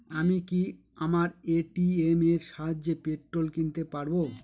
আমি কি আমার এ.টি.এম এর সাহায্যে পেট্রোল কিনতে পারব?